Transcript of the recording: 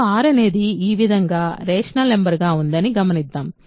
ఇప్పుడు R అనేది ఈ విధంగా రేషనల్ నంబర్స్ గా ఉందని గమనిద్దాము